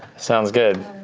sounds good.